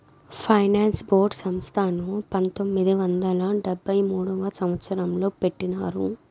finance board సంస్థను పంతొమ్మిది వందల డెబ్భై మూడవ సంవచ్చరంలో పెట్టినారు